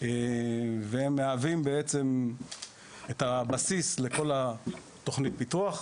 והן מהוות בעצם את הבסיס לכל תכנית הפיתוח.